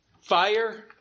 fire